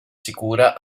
sicura